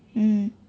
mm